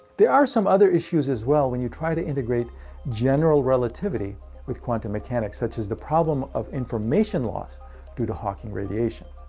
there are some other issues as well, when you try to integrate general relativity with quantum mechanics, such as the problem of information loss due to hawking radiation.